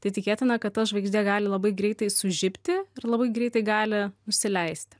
tai tikėtina kad ta žvaigždė gali labai greitai sužibti ir labai greitai gali nusileisti